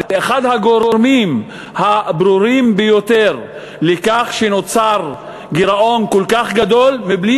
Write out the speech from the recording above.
זה אחד הגורמים הברורים ביותר לכך שנוצר גירעון כל כך גדול בלי